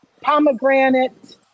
pomegranate